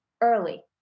early